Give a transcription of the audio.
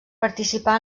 participà